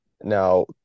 Now